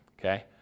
okay